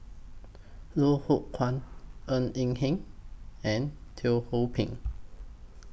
Loh Hoong Kwan Ng Eng Hen and Teo Ho Pin